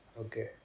Okay